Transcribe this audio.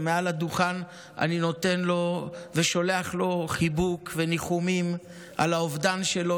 שמעל הדוכן אני נותן לו ושולח לו חיבוק וניחומים על האובדן שלו.